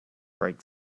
break